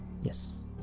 yes